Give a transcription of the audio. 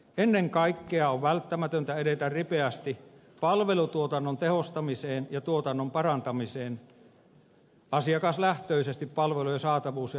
ennen kaikkea on välttämätöntä edetä ripeästi palvelutuotannon tehostamiseen ja tuotannon parantamiseen asiakaslähtöisesti palvelujen saatavuus ja laatu turvaten